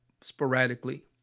sporadically